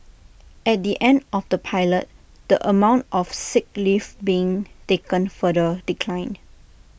at the end of the pilot the amount of sick leave being taken further declined